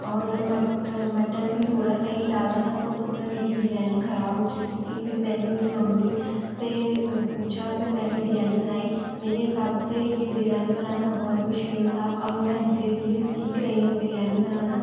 और मटन भी थोड़ा सा ही डाला था तो उसमें मेरी बिरयानी ख़राब हो चुकी थी फिर मैंने मेरी मम्मी से पूछा फिर मैंने बिरयानी बनाई मेरे हिसाब से यह बिरयानी बनाना बहुत मुश्किल था अब मैं धीरे धीरे सीख रही हूँ बिरयानी बनाना